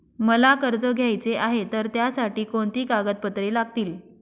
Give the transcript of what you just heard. मला कर्ज घ्यायचे आहे तर त्यासाठी कोणती कागदपत्रे लागतील?